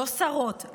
לא שרות,